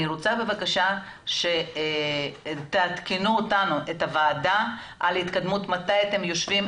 אני רוצה שתעדכנו את הוועדה על ההתקדמות: מתי אתם יושבים,